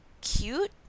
cute